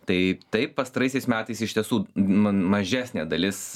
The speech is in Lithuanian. tai taip pastaraisiais metais iš tiesų m mažesnė dalis